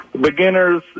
Beginners